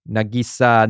Nagisa